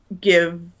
give